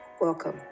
Welcome